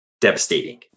devastating